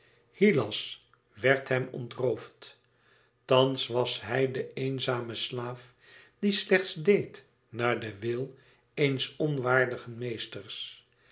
hylas werd hem ontroofd thans was hij de eenzame slaaf die slechts deed naar den wil eens onwaardigen meesters